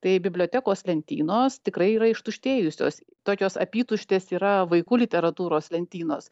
tai bibliotekos lentynos tikrai yra ištuštėjusios tokios apytuštės yra vaikų literatūros lentynos